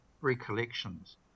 recollections